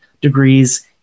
degrees